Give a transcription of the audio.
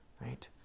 right